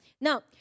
Now